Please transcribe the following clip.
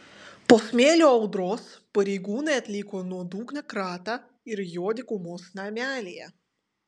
po smėlio audros pareigūnai atliko nuodugnią kratą ir jo dykumos namelyje